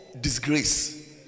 disgrace